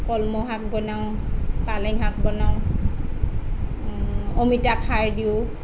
কলমৌ শাক বনাওঁ পালেং শাক বনাওঁ অমিতা খাৰ দিওঁ